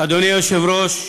אדוני היושב-ראש,